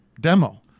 demo